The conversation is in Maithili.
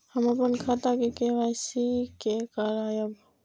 हम अपन खाता के के.वाई.सी के करायब?